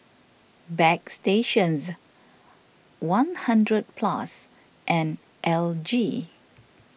Bagstationz one hundred Plus and L G